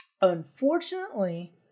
Unfortunately